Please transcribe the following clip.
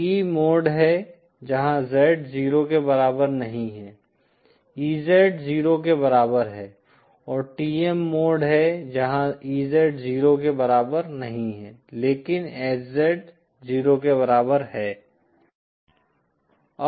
TE mode हैं जहाँ Z 0 के बराबर नहीं है EZ 0 के बराबर है और TM मोड हैं जहाँ EZ 0 के बराबर नहीं है लेकिन HZ 0 के बराबर है